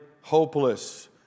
hopeless